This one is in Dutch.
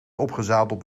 opgezadeld